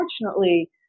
unfortunately